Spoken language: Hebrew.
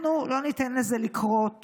אנחנו לא ניתן לזה לקרות.